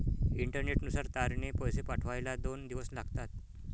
इंटरनेटनुसार तारने पैसे पाठवायला दोन दिवस लागतात